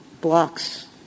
blocks